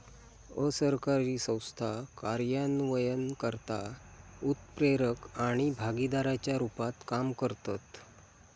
असरकारी संस्था कार्यान्वयनकर्ता, उत्प्रेरक आणि भागीदाराच्या रुपात काम करतत